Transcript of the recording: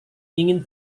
ingin